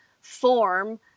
form